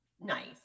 nice